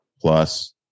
plus